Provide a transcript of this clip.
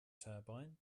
turbine